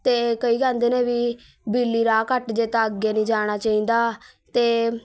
ਅਤੇ ਕਈ ਕਹਿੰਦੇ ਨੇ ਵੀ ਬਿੱਲੀ ਰਾਹ ਕੱਟ ਜਾਵੇ ਤਾਂ ਅੱਗੇ ਨਹੀਂ ਜਾਣਾ ਚਾਹੀਦਾ ਅਤੇ